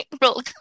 roll